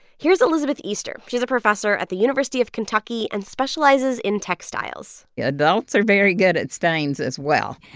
here's elizabeth easter. she's a professor at the university of kentucky and specializes in textiles yeah adults are very good at stains as well.